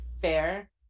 fair